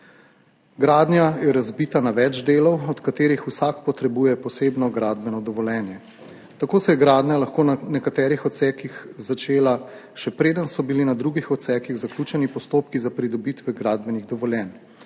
Gradnja je razbita na več delov, od katerih vsak potrebuje posebno gradbeno dovoljenje. Tako se je gradnja lahko na nekaterih odsekih začela, še preden so bili na drugih odsekih zaključeni postopki za pridobitev gradbenih dovoljenj.